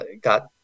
got